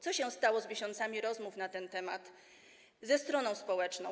Co się stało z miesiącami rozmów na ten temat ze stroną społeczną?